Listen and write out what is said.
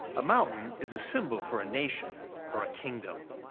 a mountain is a symbol for a nation or a kingdom